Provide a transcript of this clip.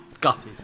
gutted